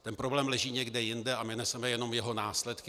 Ten problém leží někde jinde a my neseme jenom jeho následky.